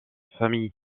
famille